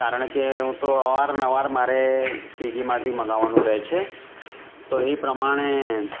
કારણકે હું તો અવારનવાર મારે સ્વીગીમાંથી મગાવવાનું રહે છે તો એ પ્રમાણે